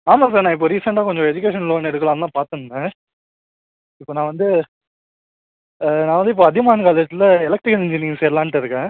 ஆமாம் சார் நான் இப்போ ரீசெண்ட்டாக கொஞ்சம் எஜுகேஷன் லோன் எடுக்கலாம்னு தான் பார்த்துருந்தேன் இப்போ நான் வந்து நான் வந்து இப்போ அதியமான் காலேஜஸில் எலெக்ட்ரிக்கல் இன்ஜினீயரிங் சேரலாம்ட்டு இருக்கேன்